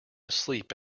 asleep